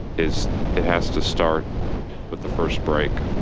is it has to start with the first break.